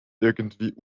irgendwie